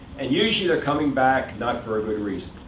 and usually, they're coming back not for a good reason.